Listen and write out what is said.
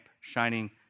shining